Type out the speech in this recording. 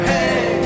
Hey